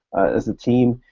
as a team.